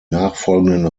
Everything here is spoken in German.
nachfolgenden